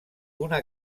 una